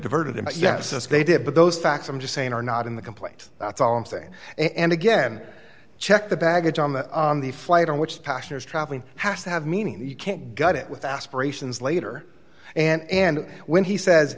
diverted him yes they did but those facts i'm just saying are not in the complaint that's all i'm saying and again check the baggage on the on the flight on which passion is traveling has to have meaning you can't get it without aspirations later and when he says